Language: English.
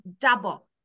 double